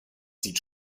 sieht